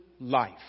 life